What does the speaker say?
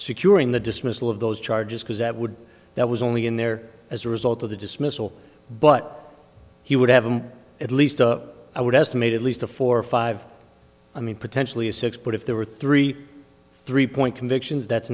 securing the dismissal of those charges because that would that was only in there as a result of the dismissal but he would have him at least i would estimate at least a four five i mean potentially a six but if there were three three point convictions that's